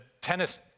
tennis